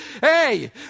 hey